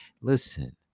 Listen